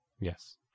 Yes